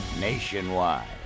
Nationwide